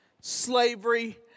slavery